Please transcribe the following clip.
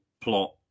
plot